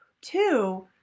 two